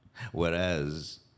Whereas